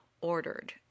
ordered